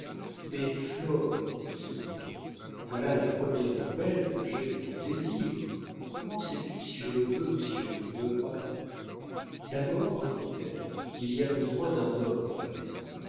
flore dit ce mouton voilà la première nouvelle que j'ai de ton désir comment sais-tu si je le veux où si je ne le veux pas d'abord reprit-elle il y a besoin d'un homme dans la maison